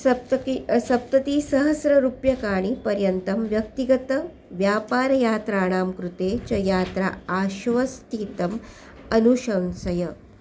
सप्त सप्ततिसहस्ररूप्यकाणि पर्यन्तं व्यक्तिगतव्यापारयात्राणां कृते च यात्रा आश्वस्तिम् अनुशंसय